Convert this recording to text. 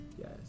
Yes